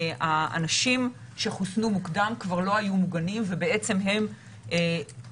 אנשים שחוסנו מוקדם כבר לא היו מוגנים ובעצם הם היו